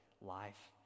life